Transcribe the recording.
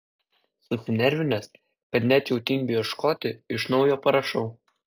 susinervinęs kad net jau tingiu ieškoti iš naujo parašau